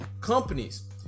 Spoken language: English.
companies